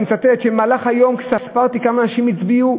אני מצטט: "במהלך היום ספרתי כמה אנשים הצביעו.